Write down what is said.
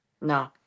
No